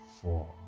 four